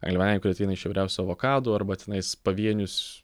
angliavandeniai kurie ateina iš įvairiausių avokadų arba tenais pavienius